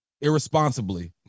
irresponsibly